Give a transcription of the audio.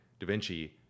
DaVinci